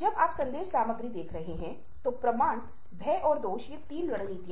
जब आप इन तत्वों का बहुत हद तक अभ्यास करेंगे तो